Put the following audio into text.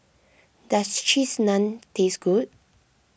does Cheese Naan taste good